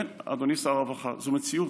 כן, אדוני שר הרווחה, זו מציאות.